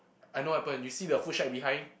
I know what happen you see the food shack behind